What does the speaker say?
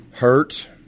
Hurt